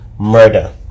murder